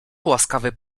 łaskawy